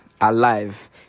alive